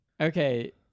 Okay